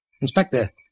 Inspector